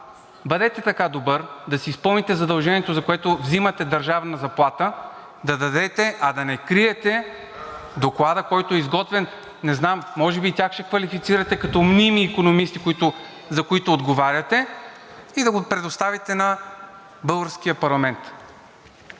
бъдете така добър да си изпълните задължението, за което взимате държавна заплата, да дадете, а да не криете доклада, който е изготвен. Не знам, може би и тях ще квалифицирате като „мними икономисти“, за които отговаряте, и да го предоставите на българския парламент.